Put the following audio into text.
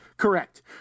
Correct